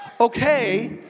Okay